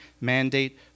mandate